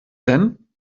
denn